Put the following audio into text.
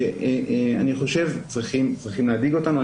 שאני חושב שצריכים להדאיג אותנו.